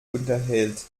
unterhält